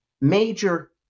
major